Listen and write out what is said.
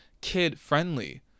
kid-friendly